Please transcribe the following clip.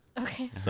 Okay